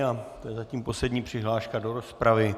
A to je zatím poslední přihláška do rozpravy.